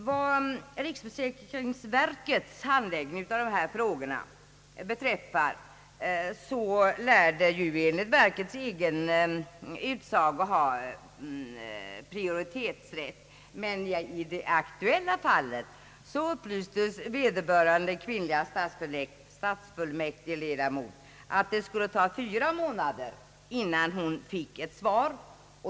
Enligt riksförsäkringsverkets utsago har ärenden av den här arten prioritetsrätt, men i det aktuella fallet upplystes den kvinnliga stadsfullmäktigeledamoten om att det skulle ta fyra månader innan hon fick ett svar.